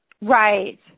Right